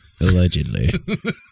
Allegedly